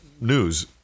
news